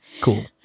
Cool